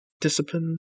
discipline